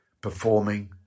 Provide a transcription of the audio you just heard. performing